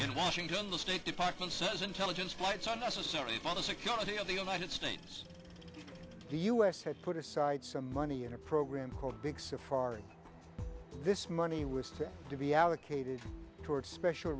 in washington the state department says intelligence flights are necessary for the security of the united states the u s had put aside some money in a program called big so far this money was to be allocated toward special